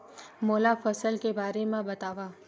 मोला फसल के बारे म बतावव?